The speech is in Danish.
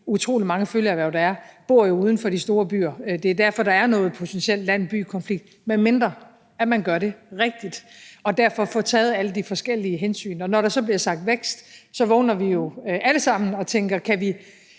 utrolig mange følgeerhverv, der er, bor jo uden for de store byer. Det er derfor, der er en potentiel land-by-konflikt – medmindre man gør det rigtigt og får taget alle de forskellige hensyn. Når der så bliver sagt vækst, vågner vi jo alle sammen og tænker: Kan vi